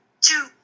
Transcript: two